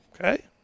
Okay